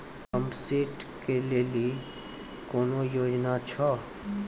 Pump set केलेली कोनो योजना छ?